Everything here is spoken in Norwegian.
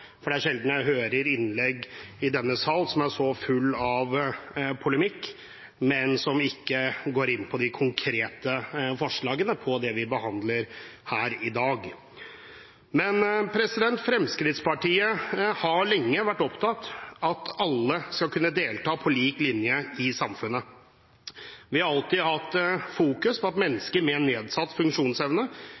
for det er sjelden jeg hører et innlegg i denne salen som er så fullt av polemikk, men som ikke går inn på de konkrete forslagene som vi behandler her i dag. Fremskrittspartiet har lenge vært opptatt av at alle skal kunne delta på lik linje i samfunnet. Vi har alltid fokusert på at mennesker med nedsatt funksjonsevne